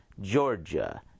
Georgia